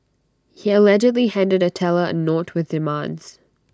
he allegedly handed A teller A note with demands